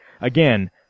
again